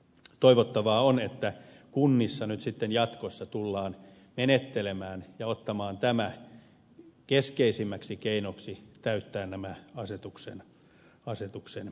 toivottavaa on että kunnissa nyt sitten jatkossa tullaan menettelemään näin ja ottamaan tämä keskeisimmäksi keinoksi täyttää nämä asetuksen ehdot